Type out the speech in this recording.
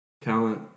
talent